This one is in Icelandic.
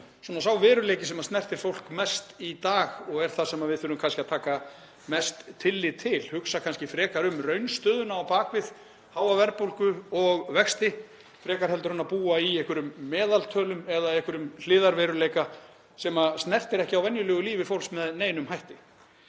auðvitað sá veruleiki sem snertir fólk mest í dag og er það sem við þurfum kannski að taka mest tillit til, hugsa kannski frekar um raunstöðuna á bak við háa verðbólgu og vexti frekar en að búa í einhverjum meðaltölum eða einhverjum hliðarveruleika sem snertir ekki á venjulegu lífi fólks með neinum hætti.